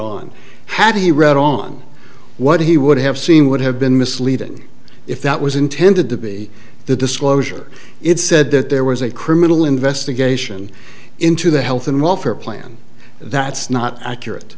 he read on what he would have seen would have been misleading if that was intended to be the disclosure it said that there was a criminal investigation into the health and welfare plan that's not accurate